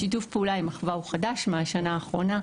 שיתוף הפעולה עם מכללת אחווה הוא חדש מהשנה האחרונה,